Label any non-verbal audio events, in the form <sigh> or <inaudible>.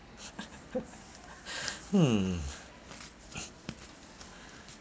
<laughs> hmm <noise>